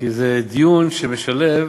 כי זה דיון שמשלב